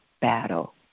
battle